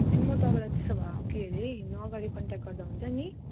ए म तपाईँलाई त्यसो भए के हरे हिँड्नु अगाडि कन्ट्याक्ट गर्दा हुन्छ नि